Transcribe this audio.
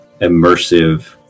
immersive